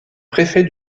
préfet